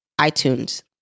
iTunes